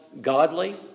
godly